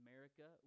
America